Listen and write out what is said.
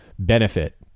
benefit